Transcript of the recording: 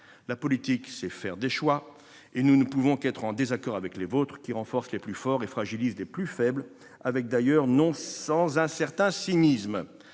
La politique, c'est faire des choix, et nous ne pouvons qu'être en désaccord avec les vôtres, qui renforcent les plus forts et fragilisent les plus faibles, non sans un certain cynisme.